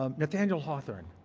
um nathanial hawthorne,